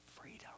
freedom